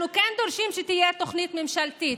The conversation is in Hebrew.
אנחנו כן דורשים שתהיה תוכנית ממשלתית,